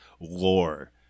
lore